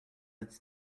its